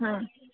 हाँ